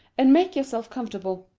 and make yourself comfortable.